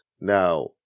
Now